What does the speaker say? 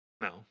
no